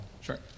Sure